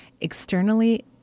externally